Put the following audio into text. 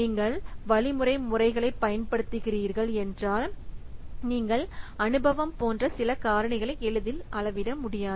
நீங்கள் வழிமுறை முறைகளைப் பயன்படுத்துகிறீர்கள் என்றால் நீங்கள் அனுபவம் போன்ற சில காரணிகளை எளிதில் அளவிட முடியாது